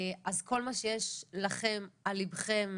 אז כל מה שיש לכם על ליבכם,